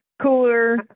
cooler